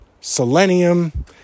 selenium